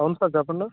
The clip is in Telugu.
అవును సార్ చెప్పండి